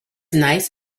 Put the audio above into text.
nice